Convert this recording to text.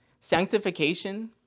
sanctification